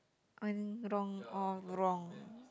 one wrong all wrong